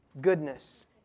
goodness